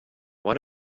why